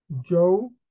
Joe